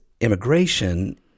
immigration